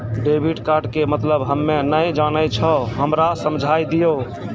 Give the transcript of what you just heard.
Debit card के मतलब हम्मे नैय जानै छौ हमरा समझाय दियौ?